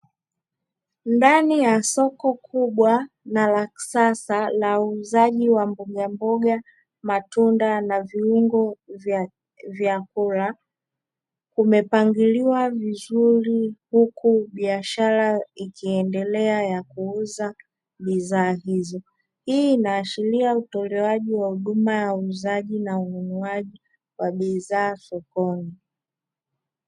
Ndani ya soko kubwa na la kisasa la uuzaji wa mbogamboga, matunda na viungo vya vyakula; kumepangiloiwa vizuri huku biashara ikiendelea ya kuuza bidhaa hizo. Hii inaashiria utolewaji na uuzaji wa bidhaa sokoni.